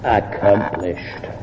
accomplished